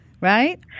right